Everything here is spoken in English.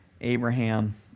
Abraham